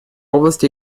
области